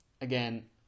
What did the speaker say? again